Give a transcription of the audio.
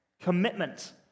Commitment